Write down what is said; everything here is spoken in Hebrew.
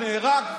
נגמר הזמן.